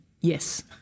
Yes